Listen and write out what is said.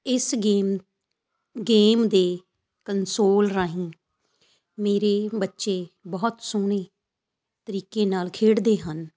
ਇਸ game game ਦੇ console ਰਾਹੀਂ ਮੇਰੇ ਬੱਚੇ ਬਹੁਤ ਸੋਹਣੇ ਤਰੀਕੇ ਨਾਲ ਖੇਡਦੇ ਹਨ